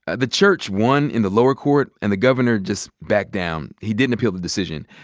and the church won in the lower court and the governor just backed down. he didn't appeal the decision.